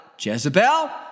Jezebel